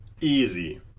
Easy